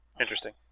interesting